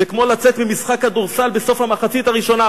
זה כמו לצאת ממשחק כדורסל בסוף המחצית הראשונה.